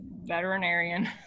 veterinarian